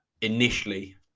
Initially